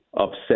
upset